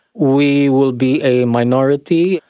we will be a minority.